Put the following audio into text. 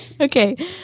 Okay